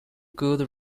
good